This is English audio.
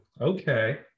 okay